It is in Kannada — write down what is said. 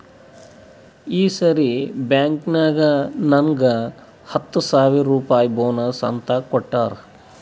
ಈ ಸರಿ ಬ್ಯಾಂಕ್ನಾಗ್ ನಂಗ್ ಹತ್ತ ಸಾವಿರ್ ರುಪಾಯಿ ಬೋನಸ್ ಅಂತ್ ಕೊಟ್ಟಾರ್